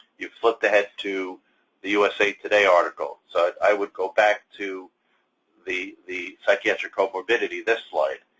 you've flipped ahead to the usa today article, so i would go back to the the psychiatric comorbidity, this slide.